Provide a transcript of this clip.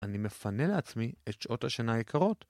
אני מפנה לעצמי, את שעות השינה היקרות,